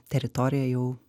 teritorija jau